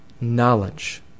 knowledge